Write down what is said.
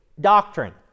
doctrine